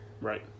Right